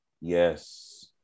Yes